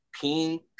pink